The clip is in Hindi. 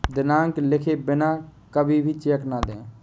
दिनांक लिखे बिना कभी भी चेक न दें